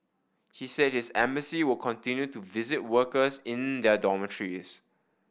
he said his embassy will continue to visit workers in their dormitories